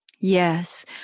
Yes